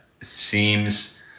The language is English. seems